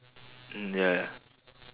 mm ya ya